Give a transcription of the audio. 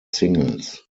singles